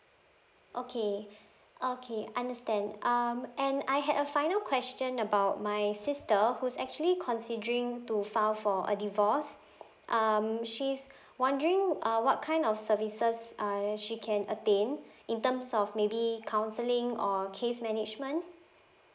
okay okay understand um and I had a final question about my sister who's actually considering to file for a divorce um she's wondering uh what kind of services uh she can attain in terms of maybe counselling or case management